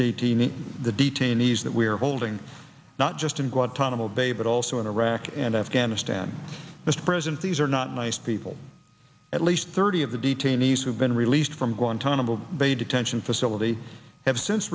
detainee the detainees that we are holding not just in guantanamo bay but also in iraq and afghanistan mr president these are not nice people at least thirty of the detainees who've been released from guantanamo bay detention facility have since